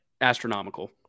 astronomical